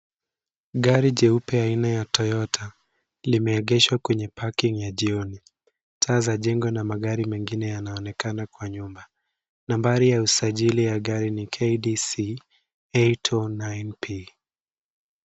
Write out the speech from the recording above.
Gari jeupe aina ya Toyota limeegeshwa kwenye parking ya jioni. Taa za jengo na magari mengine yanaonekana kwa nyuma. Nambari ya usajili ya gari ni KDC 809P.